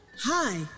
Hi